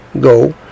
go